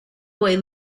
boy